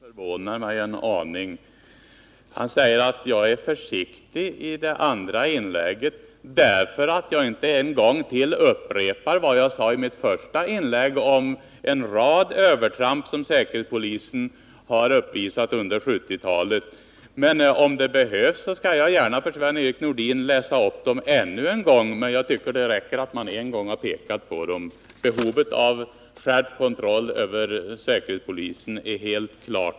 Herr talman! Sven-Erik Nordin förvånar mig en aning. Han säger att jag var försiktig i mitt andra inlägg, därför att jag inte upprepade vad jag sade i mitt första inlägg om en rad övertramp som säkerhetspolisen har gjort sig skyldig till under 1970-talet. Om det behövs skall jag gärna för Sven-Erik Nordin läsa upp dessa exempel ännu en gång, men jag tycker att det borde räcka att jag en gång pekat på dem. Behovet av skärpt kontroll över säkerhetspolisen är helt klart.